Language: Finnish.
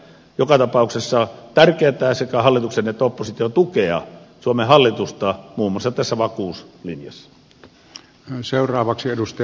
joka tapauksessa tärkeää on sekä hallituksen että opposition tukea suomen hallitusta muun muassa tässä vakuuslinjassa